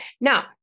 Now